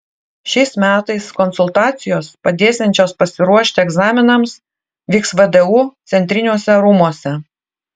šiais metais konsultacijos padėsiančios pasiruošti egzaminams vyks vdu centriniuose rūmuose